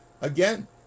Again